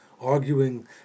arguing